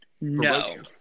no